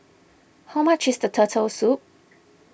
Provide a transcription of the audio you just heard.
how much is the Turtle Soup